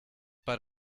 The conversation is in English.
but